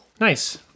Nice